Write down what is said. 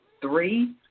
three